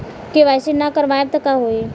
KYC ना करवाएम तब का होई?